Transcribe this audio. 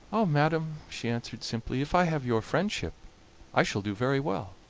ah! madam, she answered simply, if i have your friendship i shall do very well.